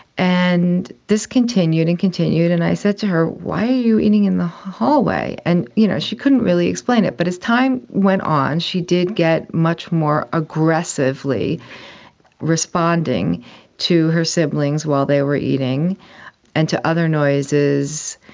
and this continued and continued, and i said to her, why are you eating in the hallway? and you know she couldn't really explain it. but as time went on she did get much more aggressively responding to her siblings while they were eating and to other noises.